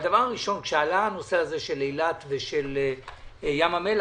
כשעלה הנושא הזה של אילת ושל ים המלח,